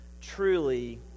truly